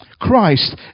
Christ